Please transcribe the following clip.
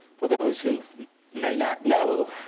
for those who may not know,